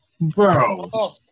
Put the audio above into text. bro